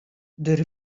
der